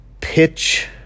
Pitch